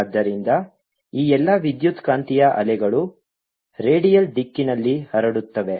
ಆದ್ದರಿಂದ ಈ ಎಲ್ಲಾ ವಿದ್ಯುತ್ಕಾಂತೀಯ ಅಲೆಗಳು ರೇಡಿಯಲ್ ದಿಕ್ಕಿನಲ್ಲಿ ಹರಡುತ್ತವೆ